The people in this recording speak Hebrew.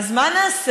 אז מה נעשה?